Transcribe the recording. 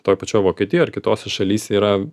toj pačioj vokietijoj ar kitose šalyse yra